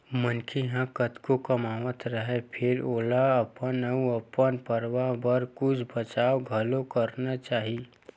मनखे ह कतको कमावत राहय फेर ओला अपन अउ अपन परवार बर कुछ बचत घलोक करना चाही